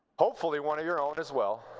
hopefully one of your own as well.